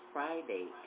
Friday